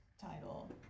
title